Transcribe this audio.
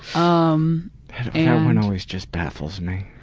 um one always just baffles me.